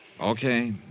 Okay